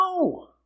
No